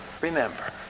remember